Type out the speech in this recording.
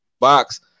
box